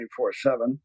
24-7